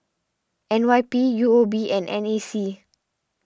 N Y P U O B and N A C